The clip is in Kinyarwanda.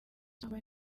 cyangwa